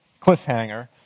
Cliffhanger